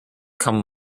come